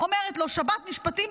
אומרת לו: שבת משפטים,